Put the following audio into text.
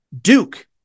Duke